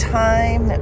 time